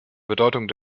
bedeutung